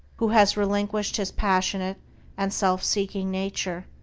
who has relinquished his passionate and self-seeking nature,